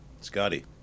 Scotty